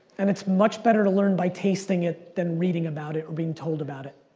and it's much better to learn by tasting it, than reading about it, or being told about it.